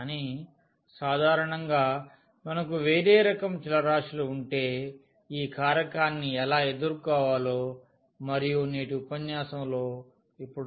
కానీ సాధారణంగా మనకు వేరే రకం చలరాశులు ఉంటే ఈ కారకాన్ని ఎలా ఎదుర్కోవాలో మరియు నేటి ఉపన్యాసంలో ఇప్పుడు చూస్తాము